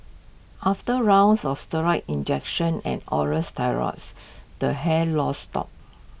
after rounds of steroid injections and oral steroids the hair loss stopped